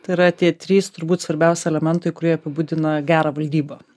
tai yra tie trys turbūt svarbiausi elementai kurie apibūdina gerą valdybą